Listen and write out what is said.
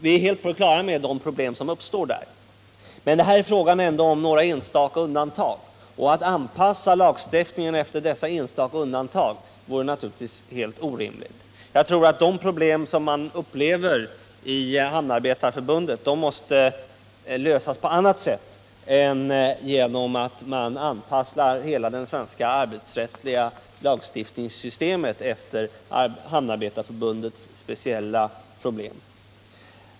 Vi är helt på det klara med de problem som uppstår där. Men det är ändå fråga om några enstaka undantag. Att anpassa lagstiftningen efter dessa enstaka undantag vore givetvis helt orimligt. Jag tror att de problem som man upplever i Hamnarbetarförbundet måste lösas på annat sätt än genom att anpassa hela det svenska arbetsrättsliga lagstiftningssystemet efter Hamnarbetarförbundets speciella problem.